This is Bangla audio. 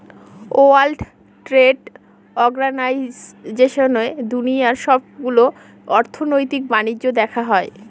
ওয়ার্ল্ড ট্রেড অর্গানাইজেশনে দুনিয়ার সবগুলো অর্থনৈতিক বাণিজ্য দেখা হয়